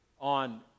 on